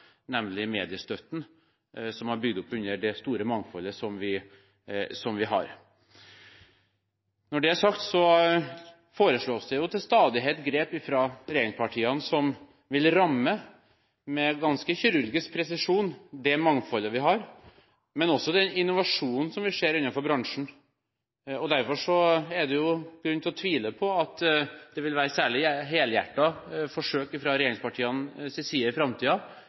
nemlig mediestøtten, som har bygd opp under det store mangfoldet som vi har. Når det er sagt, foreslås det jo til stadighet grep fra regjeringspartiene som vil ramme – med ganske kirurgisk presisjon – det mangfoldet vi har, men også den innovasjonen som vi ser innenfor bransjen. Derfor er det grunn til å tvile på at det i framtiden vil være særlig helhjertede forsøk fra regjeringspartienes side på å hjelpe en mediebransje som har utfordringer, ikke minst for å styrke journalistikken i